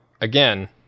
Again